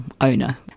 owner